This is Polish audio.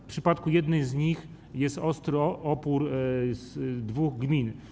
W przypadku jednej z nich jest ostry opór dwóch gmin.